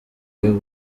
ayo